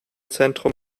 zentrum